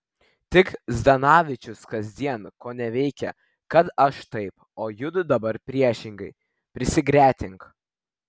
tik zdanavičius kasdien koneveikia kad aš taip o judu dabar priešingai prisigretink